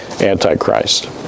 antichrist